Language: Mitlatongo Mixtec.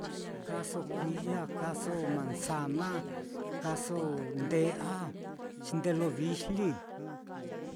Kaaso kui'i á, kaaso manzana, kaaso nde'a xi nde lo vijli.